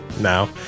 Now